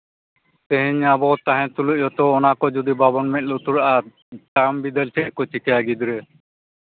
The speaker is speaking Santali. ᱛᱮᱦᱮᱧ ᱟᱵᱚ ᱛᱟᱦᱮᱱ ᱛᱩᱞᱩᱡ ᱦᱚᱸᱛᱚ ᱚᱱᱟ ᱠᱚ ᱡᱩᱫᱤ ᱵᱟᱵᱚᱱ ᱢᱮᱫ ᱞᱩᱛᱩᱨᱟᱜᱼᱟ ᱛᱟᱭᱚᱢ ᱵᱤᱫᱟᱹᱞ ᱪᱮᱫ ᱠᱚ ᱪᱤᱠᱟᱹᱭᱟ ᱜᱤᱫᱽᱨᱟᱹ